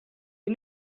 you